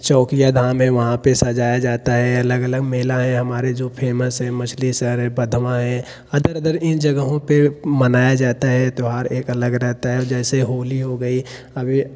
चौकिया धाम है वहाँ पे सजाया जाता है अलग अलग मेला हैं हमारे जो फेमस है मछली शहर है बधमा है इन जगहों पे मनाया जाता है त्यौहार एक अलग रहता है जैसे होली हो गई अभी